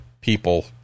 people